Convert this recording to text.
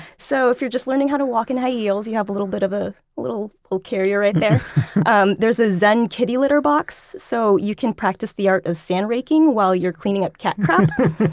so if you're just learning how to walk in high heels you have a little bit of a, little, will carry you right there. um, there's a zen kitty litter box so you can practice the art of sand raking while you're cleaning up cat crap.